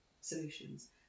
solutions